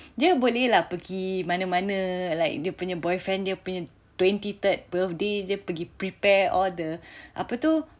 dia boleh lah pergi mana mana like dia punya boyfriend dia punya twenty third birthday dia pergi prepare all the apa tu